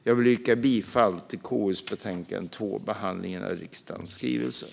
Jag vill yrka bifall till förslaget i KU:s betänkande 2 Behandlingen av riksdagens skrivelser .